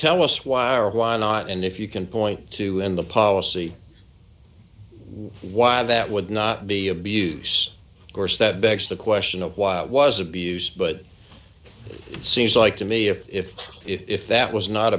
tell us why or why not and if you can point to in the policy why that would not be abuse of course that begs the question of why it was abuse but it seems like to me if if that was not